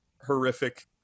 horrific